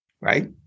right